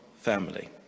family